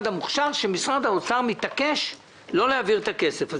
המוכש"ר היא שמשרד האוצר מתעקש לא להעביר את הכסף הזה.